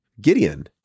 Gideon